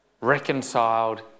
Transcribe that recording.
reconciled